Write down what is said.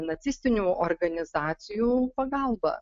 nacistinių organizacijų pagalbą